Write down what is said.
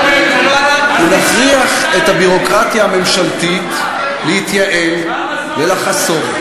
ונכריח את הביורוקרטיה הממשלתית להתייעל ולחסוך,